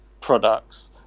products